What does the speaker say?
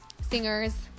singers